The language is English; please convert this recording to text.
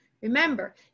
Remember